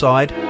Side